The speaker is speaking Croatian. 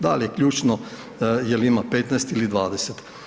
Da li je ključno, je li ima 15 ili 20.